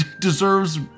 deserves